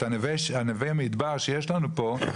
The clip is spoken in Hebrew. נווה המדבר שיש לנו פה,